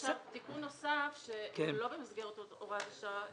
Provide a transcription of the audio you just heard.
תיקון נוסף שהוא לא במסגרת הוראת השעה,